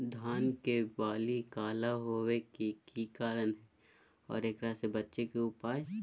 धान के बाली काला होवे के की कारण है और एकरा से बचे के उपाय?